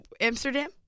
Amsterdam